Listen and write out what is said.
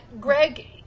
Greg